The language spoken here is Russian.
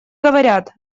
говорят